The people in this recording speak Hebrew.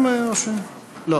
לא.